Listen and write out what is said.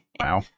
Wow